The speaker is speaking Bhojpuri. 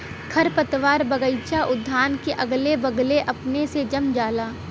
खरपतवार बगइचा उद्यान के अगले बगले अपने से जम जाला